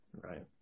Right